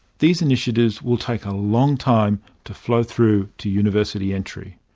these initiatives will take a long time to flow through to university entry.